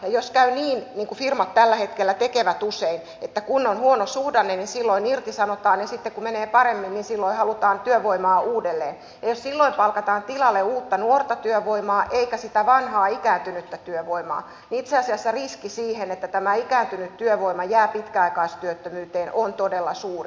jos käy niin niin kuin firmat tällä hetkellä tekevät usein että kun on huono suhdanne silloin irtisanotaan ja sitten kun menee paremmin halutaan työvoimaa uudelleen ja jos silloin palkataan tilalle uutta nuorta työvoimaa eikä sitä vanhaa ikääntynyttä työvoimaa niin itse asiassa riski siihen että tämä ikääntynyt työvoima jää pitkäaikaistyöttömyyteen on todella suuri